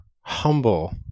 humble